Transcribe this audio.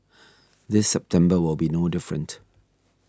this September will be no different